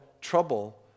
trouble